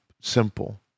simple